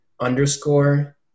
underscore